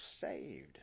saved